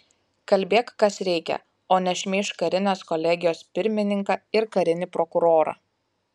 kalbėk kas reikia o ne šmeižk karinės kolegijos pirmininką ir karinį prokurorą